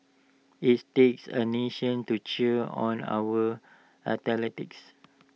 its takes A nation to cheer on our athletes